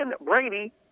Brady